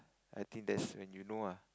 I think that's when you know ah